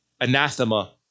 anathema